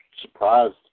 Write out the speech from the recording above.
surprised